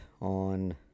on